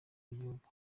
bw’igihugu